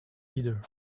leader